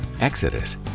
Exodus